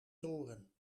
toren